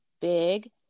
big